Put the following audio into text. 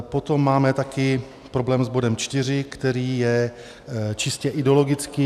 Potom máme také problém s bodem 4, který je čistě ideologický.